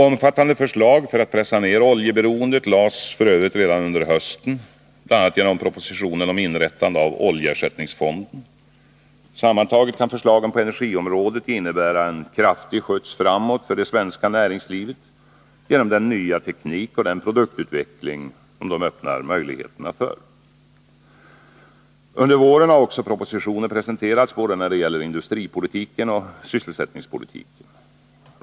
Omfattande förslag för att pressa ned oljeberoendet lades f. ö. fram redan under hösten, bl.a. genom propositionen om inrättandet av oljeersättningsfonden. Sammantaget kan förslagen på energiområdet innebära en kraftig skjuts framåt för det svenska näringslivet, genom den nya teknik och den produktutveckling de öppnar möjligheterna för. Under våren har också propositioner presenterats både när det gäller industripolitiken och i fråga om sysselsättningspolitiken.